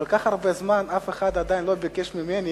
כל כך הרבה זמן אף אחד עדיין לא ביקש ממני